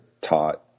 taught